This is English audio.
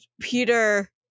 Peter